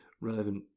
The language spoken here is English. relevant